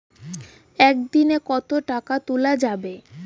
একদিন এ কতো টাকা তুলা যাবে?